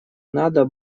надо